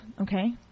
okay